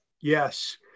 Yes